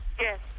Yes